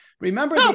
Remember-